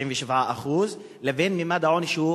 97% לבין ממד העוני,